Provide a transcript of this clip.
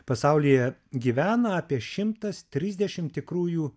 pasaulyje gyvena apie šimtas trisdešim tikrųjų